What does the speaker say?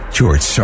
George